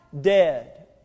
dead